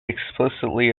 explicitly